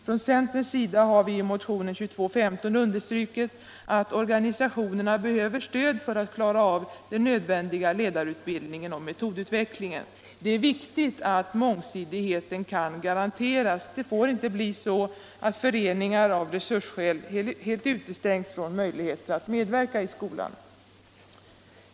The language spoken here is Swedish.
Från centerns sida har vi i motionen 2215 understrukit att organisationerna behöver stöd för att klara av den nödvändiga ledarutbildningen och metodutvecklingen. Det är viktigt att mångsidigheten kan garanteras. Det får inte bli så att föreningar av resursskäl helt utestängs från möjligheter att medverka i skolan.